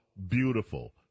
Beautiful